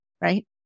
right